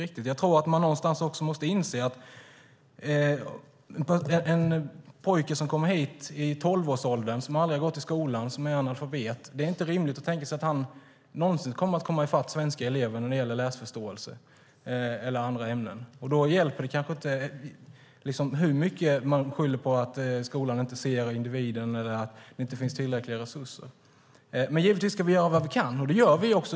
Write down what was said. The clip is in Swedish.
Man måste någonstans inse att det inte är rimligt att tänka sig att en pojke som kommer hit i tolvårsåldern, som aldrig har gått i skolan och som är analfabet, någonsin kommer att komma i fatt svenska elever när det gäller läsförståelse eller andra ämnen. Då hjälper det kanske inte hur mycket man än skyller på att skolan inte ser individen eller att det inte finns tillräckliga resurser. Men givetvis ska vi göra vad vi kan, och det gör vi också.